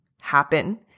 happen